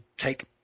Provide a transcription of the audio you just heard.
take